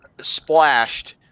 splashed